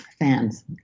Fans